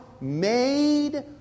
made